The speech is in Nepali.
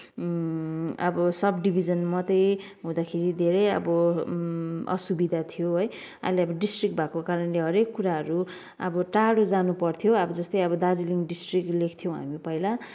सब डिभिजन मात्रै हुँदाखेरि धेरै अब असुविधा थियो है अहिले अब डिस्ट्रिक्ट भएको कारणले हरेक कुराहरू अब टाढो जानुपर्थ्यो अब जस्तै अब दार्जिलिङ डिस्ट्रिक्ट लेख्थ्यौँ हामी पहिला